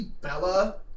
Bella